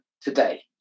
today